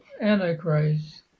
Antichrist